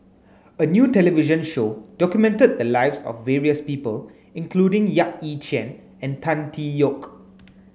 a new television show documented the lives of various people including Yap Ee Chian and Tan Tee Yoke